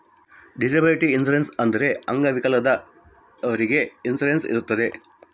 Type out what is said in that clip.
disability insurance ಅಂದ್ರೆ ಅಂಗವಿಕಲದವ್ರಿಗೆ insurance ಇರುತ್ತೆ